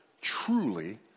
truly